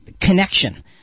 connection